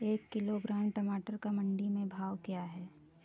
एक किलोग्राम टमाटर का मंडी में भाव क्या है?